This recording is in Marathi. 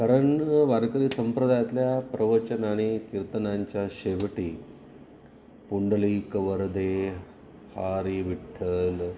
कारण वारकरी संप्रदायातल्या प्रवचनांनी कीर्तनांच्या शेवटी पुंडलिक वरदे हरी विठ्ठल